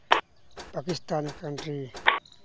Pakistan country